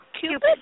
Cupid